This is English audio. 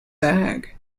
bag